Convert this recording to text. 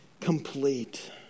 complete